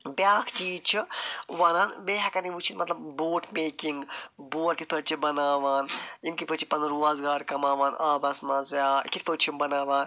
بیٛاکھ چیٖز چھُ وَنن بیٚیہِ ہیٚکَن یِم وُچھِتھ مطلب بوٹ میکِنٛگ بوٹ کِتھۍ پٲٹھۍ چھِ بَناوان یِم کِتھۍ پٲٹھۍ چھِ پَنُن روزگار کَماوان آبَس منٛز یا کِتھۍ پٲٹھۍ چھِ یِم بَناوان